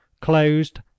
closed